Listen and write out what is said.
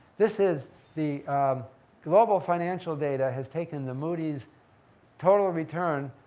this is the global financial data, has taken the moody's total return